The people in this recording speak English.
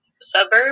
suburb